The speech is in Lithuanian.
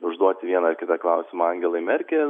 užduoti vieną ar kitą klausimą angelai merkel